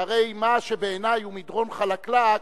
שהרי מה שבעיני הוא מדרון חלקלק,